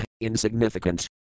Insignificant